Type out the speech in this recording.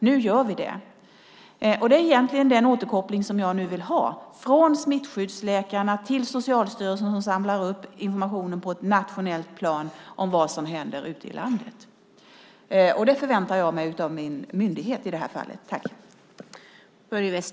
Nu gör vi det. Det är egentligen denna återkoppling som jag nu vill ha från smittskyddsläkarna till Socialstyrelsen, som samlar upp informationen på ett nationellt plan om vad som händer ute i landet. Det väntar jag mig av min myndighet i det här fallet.